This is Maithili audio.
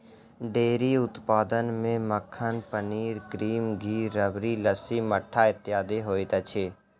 डेयरी उत्पाद मे मक्खन, पनीर, क्रीम, घी, राबड़ी, लस्सी, मट्ठा इत्यादि होइत अछि